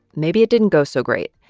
maybe it didn't go so great,